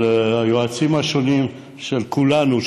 היועצים השונים של כולנו,